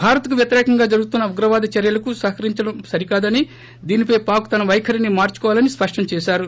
భారత్ కు వ్వతిరేకంగా జరుగుతున్న ఉగ్రవాద చర్యలకు సహకరించడం సరికాదని దీనిపై పాక్ తన పైఖరినీ మార్సుకోవాలని స్పష్టంచేశారు